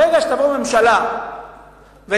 ברגע שתבוא ממשלה ותחליט